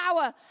power